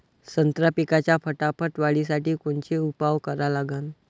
संत्रा पिकाच्या फटाफट वाढीसाठी कोनचे उपाव करा लागन?